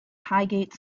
highgate